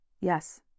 yes